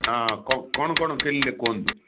ହଁ କ କ'ଣ କ'ଣ କିଣିଲେ କୁହନ୍ତୁ